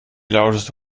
lauteste